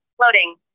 Loading